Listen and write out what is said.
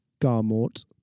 Garmort